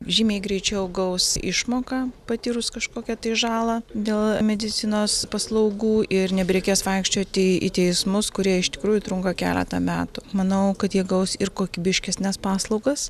žymiai greičiau gaus išmoką patyrus kažkokią tai žalą dėl medicinos paslaugų ir nebereikės vaikščioti į teismus kurie iš tikrųjų trunka keletą metų manau kad jie gaus ir kokybiškesnes paslaugas